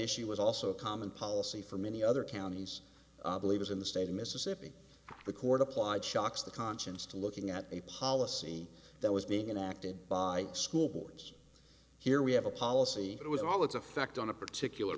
issue was also a common policy for many other counties leaders in the state of mississippi the court applied shocks the conscience to looking at a policy that was being acted by school boards here we have a policy that with all its effect on a particular